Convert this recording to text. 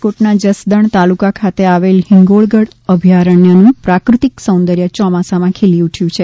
રાજકોટના જસદણ તાલુકા ખાતે આવેલ હિંગોળગઢ અભ્યારણ્યનું પ્રાકૃતિક સૌંદર્ય ચોમાસામાં ખીલી ઊઠ્યું છે